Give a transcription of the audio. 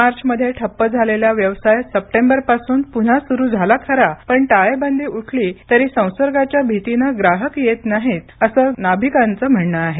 मार्चमध्ये ठप्प झालेला व्यवसाय सप्टेबरपासून पुन्हा सुरू झाला खरा पण टाळेबंदी उठली तरी संसर्गाच्या भीतीनं ग्राहक येत नाहीत असं नाभिकांचं म्हणणं आहे